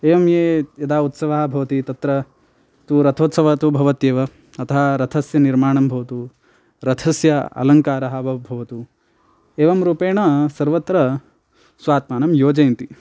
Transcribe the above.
एवं ये यदा उत्सवः भवति तत्र तु रथोत्सवः तु भवत्येव अथः रथस्य निर्माणं भवतु रथस्य अलङ्कारः वा भवतु एवं रूपेण सर्वत्र स्वात्मानं योजयन्ति